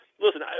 listen